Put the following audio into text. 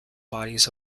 bodies